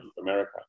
America